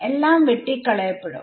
എല്ലാം വെട്ടിക്കളയപ്പെടും